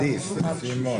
אני יכול לעשות מה שתבקשו.